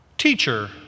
Teacher